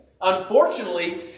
Unfortunately